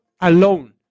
alone